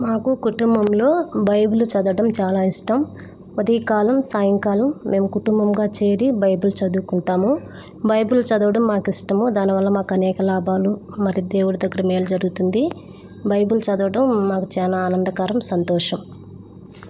మాకు కుటుంబంలో బైబిలు చదవటం చాలా ఇష్టం ఉదయకాలం సాయంకాలం మేము కుటుంబంగా చేరి బైబిల్ చదువుకుంటాము బైబిల్ చదవడం మాకు ఇష్టము దాని వల్ల మాకు అనేక లాభాలు మరి దేవుడు దగ్గర మేలు జరుగుతుంది బైబిల్ చదవటం మాకు చాలా ఆనందకరం సంతోషం